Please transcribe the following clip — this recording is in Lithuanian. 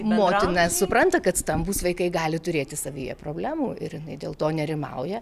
motina supranta kad stambūs vaikai gali turėti savyje problemų ir jinai dėl to nerimauja